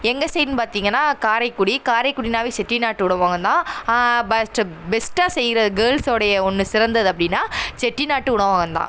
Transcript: எங்கள் சைடுன்னு பார்த்திங்கனா காரைக்குடி காரைக்குடினாவே செட்டி நாட்டு உணவகம்தான் ஃபஸ்டு பெஸ்ட்டாக செய்கிற கேள்ஸ்ஸோடைய ஒன்று சிறந்தது அப்படினா செட்டி நாட்டு உணவகம்தான்